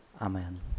Amen